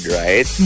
right